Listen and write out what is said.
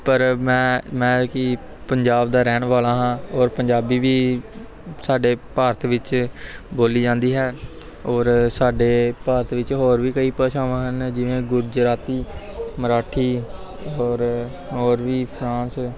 ਪਰ ਮੈਂ ਮੈਂ ਕਿ ਪੰਜਾਬ ਦਾ ਰਹਿਣ ਵਾਲਾ ਹਾਂ ਔਰ ਪੰਜਾਬੀ ਵੀ ਸਾਡੇ ਭਾਰਤ ਵਿੱਚ ਬੋਲੀ ਜਾਂਦੀ ਹੈ ਔਰ ਸਾਡੇ ਭਾਰਤ ਵਿੱਚ ਹੋਰ ਵੀ ਕਈ ਭਾਸ਼ਾਵਾਂ ਹਨ ਜਿਵੇਂ ਗੁਜਰਾਤੀ ਮਰਾਠੀ ਹੋਰ ਹੋਰ ਵੀ ਫਰਾਂਸ